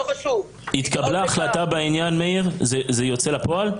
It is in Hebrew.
זה יוצא לפועל?